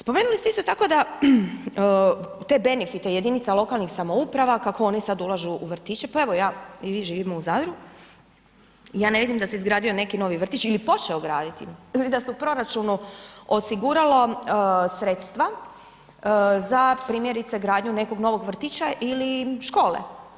Spomenuli ste isto tako da te benifite jedinica lokalnih samouprava, kako oni sad ulažu u vrtiće pa evo ja i vi živimo u Zadru, ja ne vidim da se izgradio neki novi vrtić ili počeo graditi ili da se u proračunu osiguralo sredstva za primjerice gradnju nekog novog vrtića ili škole.